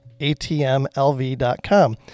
ATMLV.com